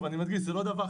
תבינו שלא יהיה מקום